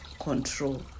control